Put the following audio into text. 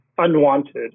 unwanted